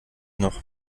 noch